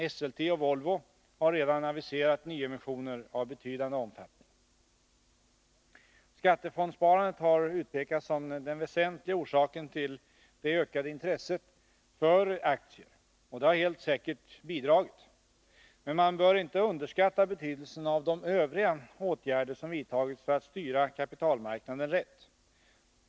Esselte och Volvo har redan aviserat nyemissioner av betydande omfattning. Skattefondssparandet har utpekats som den väsentliga orsaken till det ökade intresset för aktier, och det har helt säkert bidragit. Men man bör inte underskatta betydelsen av de övriga åtgärder som vidtagits för att styra kapitalmarknaden rätt.